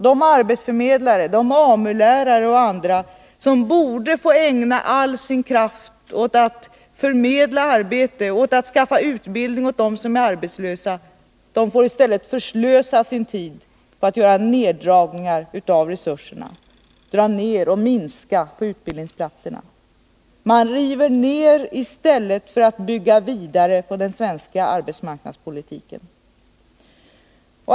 De arbetsförmedlare, AMU-lärare och andra som borde få ägna all sin kraft åt att förmedla arbete och skaffa utbildning åt de arbetslösa får i stället förslösa sin tid på neddragning av resurserna, att dra ner på utbildningsplatser och Man river ned i stället för att bygga vidare på den svenska arbetsmarknadspolitiken.